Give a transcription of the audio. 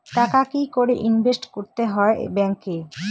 টাকা কি করে ইনভেস্ট করতে হয় ব্যাংক এ?